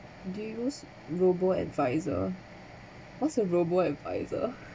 do you use robo adviser what's a robo adviser